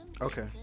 okay